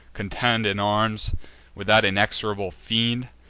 contend in arms with that inexorable fiend?